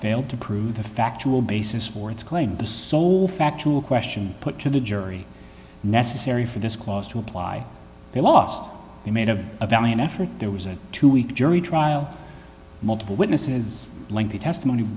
failed to prove the factual basis for its claim and the sole factual question put to the jury necessary for this clause to apply they lost they made a valiant effort there was a two week jury trial multiple witnesses lengthy testimony